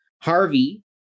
Harvey